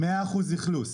יש בו 100% אכלוס